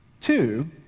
Two